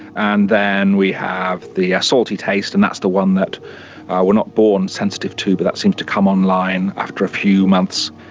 and then we have the salty taste, and that's the one that we are not born sensitive to but that seems to come online after a few months.